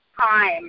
time